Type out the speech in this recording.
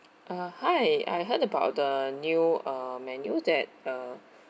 uh hi I heard about the new uh menu that uh